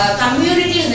community